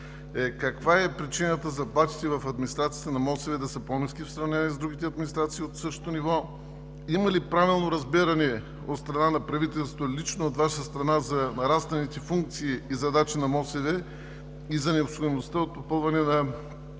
каква е причината заплатите в администрацията на МОСВ да са по-ниски в сравнение с другите администрации от същото ниво; има ли правилно разбиране от страна на правителството и лично от Ваша страна за нарасналите функции и задачи на МОСВ и за необходимостта от попълване на